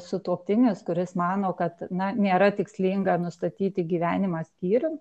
sutuoktinis kuris mano kad na nėra tikslinga nustatyti gyvenimą skyrium